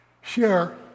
share